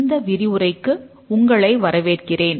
இந்த விரிவுரைக்கு உங்களை வரவேற்கிறேன்